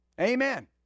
Amen